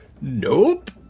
nope